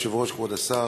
אדוני היושב-ראש, כבוד השר,